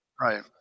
right